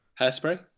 hairspray